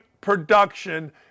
production